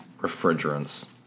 refrigerants